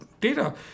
Data